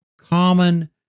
common